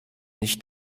nicht